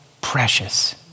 precious